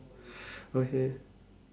okay